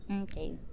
Okay